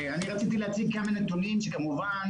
אני רציתי להציג כמה נתונים שכמובן